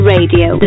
Radio